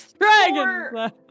Dragon